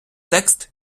текст